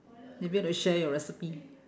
maybe you want to share your recipe